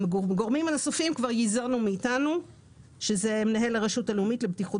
הגורמים הנוספים ייזונו מאתנו ואלה הם הרשות הלאומית לבטיחות